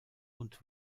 und